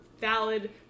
valid